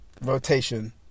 rotation